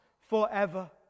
forever